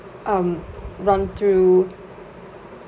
um run through